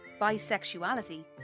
bisexuality